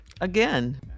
again